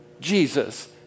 Jesus